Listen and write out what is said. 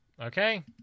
Okay